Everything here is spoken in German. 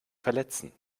verletzen